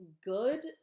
good